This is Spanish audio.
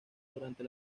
durante